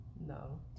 No